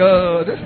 God